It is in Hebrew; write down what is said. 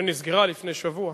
שנסגרה לפני שבוע.